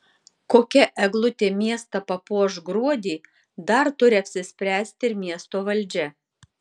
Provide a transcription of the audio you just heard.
kokia eglutė miestą papuoš gruodį dar turi apsispręsti ir miesto valdžia